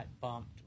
bumped